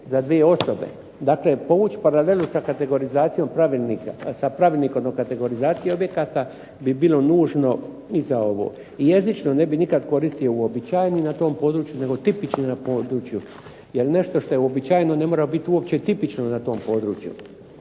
za dvije osobe. Dakle povući paralelu sa Pravilnikom o kategorizaciji objekata bi bilo nužno i za ovo. I jezično ne bi nikad koristio uobičajeni na tom području nego tipični na području, jer nešto što je uobičajeno ne mora biti uopće tipično na tom području,